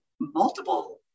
multiple